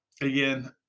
again